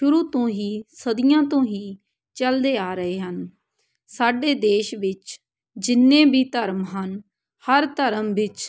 ਸ਼ੁਰੂ ਤੋਂ ਹੀ ਸਦੀਆਂ ਤੋਂ ਹੀ ਚਲਦੇ ਆ ਰਹੇ ਹਨ ਸਾਡੇ ਦੇਸ਼ ਵਿੱਚ ਜਿੰਨੇ ਵੀ ਧਰਮ ਹਨ ਹਰ ਧਰਮ ਵਿੱਚ